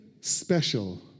special